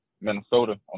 Minnesota